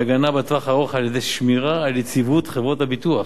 והגנה בטווח הארוך על-ידי שמירה על יציבות חברות הביטוח